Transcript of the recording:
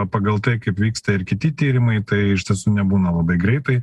pagal tai kaip vyksta ir kiti tyrimai tai iš tiesų nebūna labai greitai